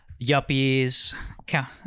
Yuppies